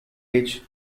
age